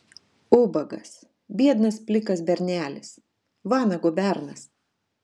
ubagas biednas plikas bernelis vanago bernas